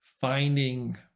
finding